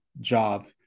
job